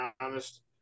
honest